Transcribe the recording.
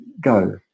go